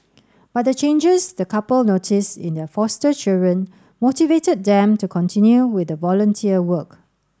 but the changes the couple noticed in their foster children motivated them to continue with the volunteer work